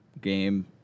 game